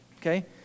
Okay